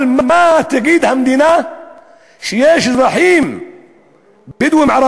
אבל מה תגיד המדינה כשיש אזרחים בדואים-ערבים